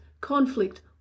conflict